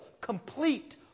complete